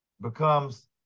becomes